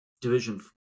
division